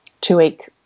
two-week